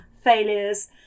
failures